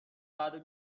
بعده